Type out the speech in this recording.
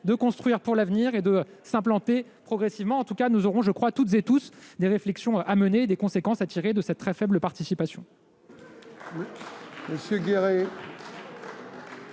de construire pour l'avenir et de s'implanter progressivement. En tout cas, nous aurons toutes et tous des réflexions à mener et des conséquences à tirer de cette très faible participation.